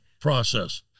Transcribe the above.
process